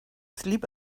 sleep